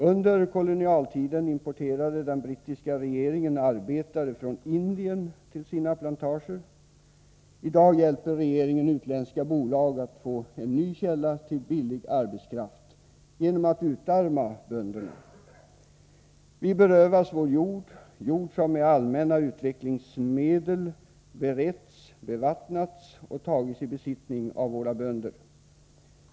—-—- Under kolonialtiden importerade den brittiska rege Nr 100 ringen arbetare från Indien till sina plantager. I dag hjälper regeringen Fredagen den utländska bolag att få en ny källa till billig arbetskraft genom att utarma 16 mars 1984 bönderna. ——-—- Vi berövas vår jord, jord som med allmänna utvecklingsme del beretts, bevattnats och tagits i besittning av våra bönder.